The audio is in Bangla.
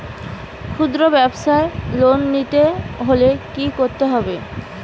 খুদ্রব্যাবসায় লোন নিতে হলে কি করতে হবে?